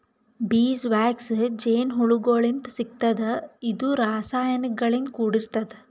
bees wax ಜೇನಹುಳಗೋಳಿಂತ್ ಸಿಗ್ತದ್ ಇದು ರಾಸಾಯನಿಕ್ ಗಳಿಂದ್ ಕೂಡಿರ್ತದ